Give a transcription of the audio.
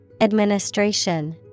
Administration